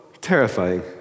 terrifying